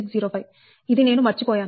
4605 ఇది నేను మర్చిపోయాను